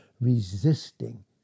resisting